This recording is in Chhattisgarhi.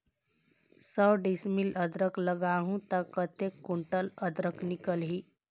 सौ डिसमिल अदरक लगाहूं ता कतेक कुंटल अदरक निकल ही?